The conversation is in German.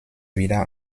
wieder